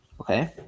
Okay